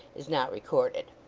is not recorded.